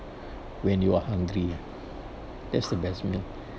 when you are hungry lah that's the best meal